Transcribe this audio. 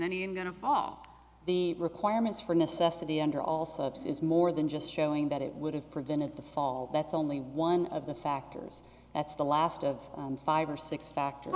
then he i'm going to all the requirements for necessity under all subs is more than just showing that it would have prevented the fall that's only one of the factors that's the last of five or six factor